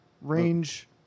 Range